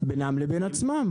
בינם לבין עצמם.